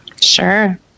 Sure